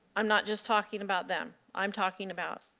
am not just talking about them. i am talking about